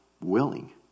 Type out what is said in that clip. willing